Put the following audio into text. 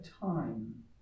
time